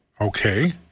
okay